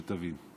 שתבין.